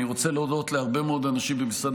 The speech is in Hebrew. אני רוצה להודות להרבה מאוד אנשים במשרד